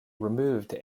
removed